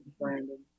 Brandon